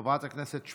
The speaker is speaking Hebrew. חבר הכנסת עודה, איננו.